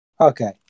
Okay